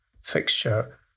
fixture